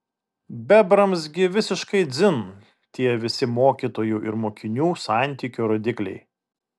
bebrams gi visiškai dzin tie visi mokytojų ir mokinių santykio rodikliai